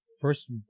first